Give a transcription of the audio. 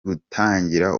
gutangira